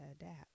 adapt